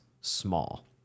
small